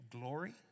glory